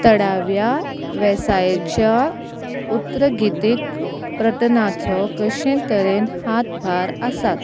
थळाव्या वेवसायेच्या उत्तरगीतीक प्रतनाचो कशें तरेन हातभार आसात